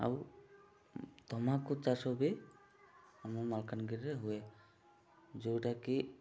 ଆଉ ତମାଖୁ ଚାଷ ବି ଆମ ମାଲକାନଗିରିରେ ହୁଏ ଯେଉଁଟାକି